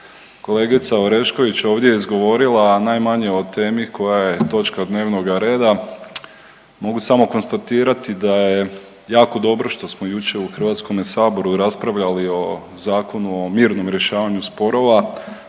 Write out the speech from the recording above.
kolegica Orešković ovdje izgovorila, a najmanje o temi koja je točka dnevnoga reda, mogu samo konstatirati da je jako dobro što smo jučer u HS-u raspravljali o Zakonu o mirnom rješavanju sporova